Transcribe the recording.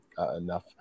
enough